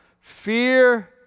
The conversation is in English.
Fear